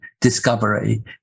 discovery